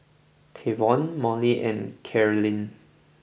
Trayvon Mollie and Karyn